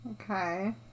okay